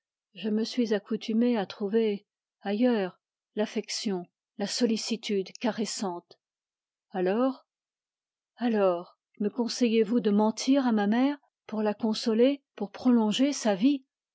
je me suis accoutumé à trouver ailleurs l'affection alors me conseillez-vous de mentir à ma mère pour prolonger sa vie